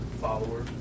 follower